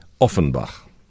Offenbach